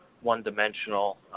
one-dimensional